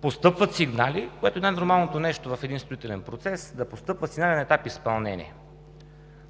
Постъпват сигнали, което е най-нормалното нещо – да постъпват сигнали на етап изпълнение.